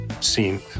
scene